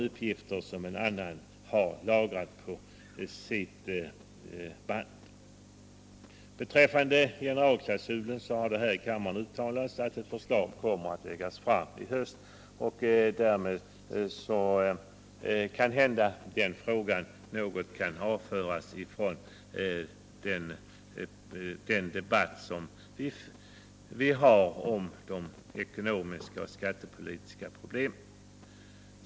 Beträffande frågan om generalklausul har det här i kammaren uttalats att ett förslag kommer att läggas fram i höst. Därmed kanske den frågan kan avföras från denna debatt.